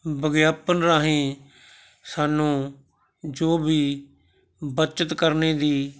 ਵਿਗਿਆਪਨ ਰਾਹੀਂ ਸਾਨੂੰ ਜੋ ਵੀ ਬੱਚਤ ਕਰਨੇ ਦੀ